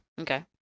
Okay